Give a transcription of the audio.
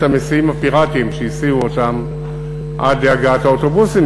המסיעים הפיראטיים שהסיעו אותם עד להגעת האוטובוסים,